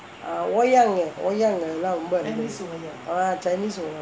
ah wayang wayang எல்லாம் ரொம்ப இருந்தது:ellam romba irunthathu ah chinese wayang